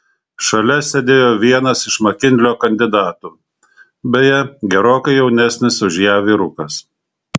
šalia sėdėjo vienas iš makinlio kandidatų beje gerokai jaunesnis už ją vyrukas